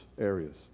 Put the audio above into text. areas